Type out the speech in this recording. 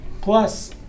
plus